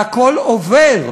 והכול עובר,